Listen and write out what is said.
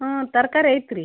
ಹ್ಞೂ ತರ್ಕಾರಿ ಐತೆ ರೀ